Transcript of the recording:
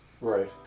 Right